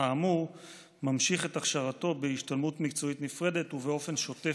האמור ממשיך את הכשרתו בהשתלמות מקצועית נפרדת ובאופן שוטף,